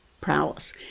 prowess